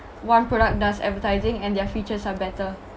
one product does advertising and their features are better